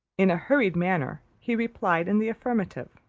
in a hurried manner, he replied in the affirmative.